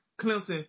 Clemson